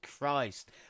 Christ